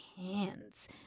hands